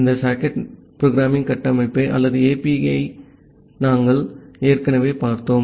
இந்த socket programming கட்டமைப்பை அல்லது API களை நாங்கள் ஏற்கனவே பார்த்தோம்